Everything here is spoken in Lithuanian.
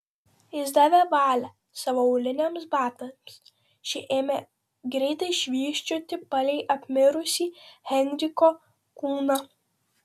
jis davė valią savo auliniams batams šie ėmė greitai švysčioti palei apmirusį henriko kūną